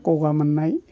गगा मोननाय